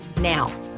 Now